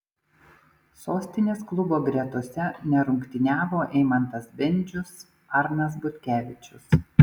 sostinės klubo gretose nerungtyniavo eimantas bendžius arnas butkevičius